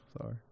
Sorry